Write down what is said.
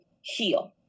heal